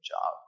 job